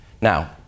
Now